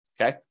okay